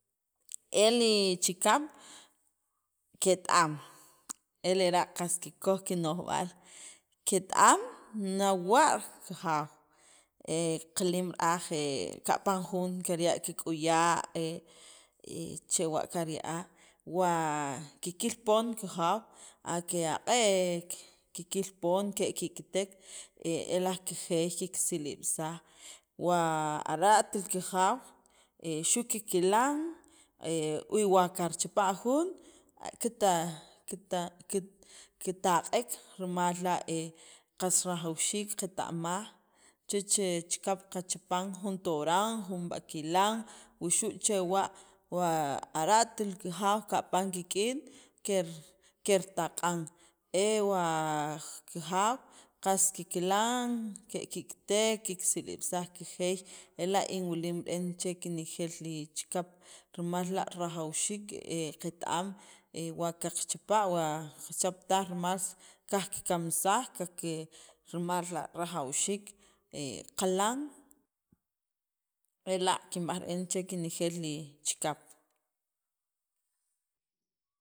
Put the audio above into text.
e li chikap ket am, e lera' qas kikkoj kino'jb'aal, ket- am nawa' kijaw he qilim ra'aj he kapan jun kirya'a ki'kuya', he chewa' kirya'a, wa kikil poon kajaw ake'aq'ek kikil poon, keki'kkitek e laj kijeey kiksilib'saj, wa ara't li kijaw he xu' kikila'n, e y wa kirchapa' jun kita kita, ki, kitaq'ek rimal la' qas rajawxiik qeta'maj chech chikap qachapan, jun toran, jun b'akilan wuxu' chewa', wa ara't li kijaw kapan kik'in ker kertaq'an, e wa kajaw qas kikilan, keki'kitek kiksilib'saj kijeey ela' in wilim re'en che kinejeel li chikap rimal la' qas rajawxiik qeta'maj wa qachapa' wa kachap taj más kajkikamsaj qajki rimal la' rajwxiik qilan, ela' kinb'aj re'en che renejeel chikap.